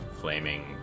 flaming